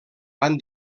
van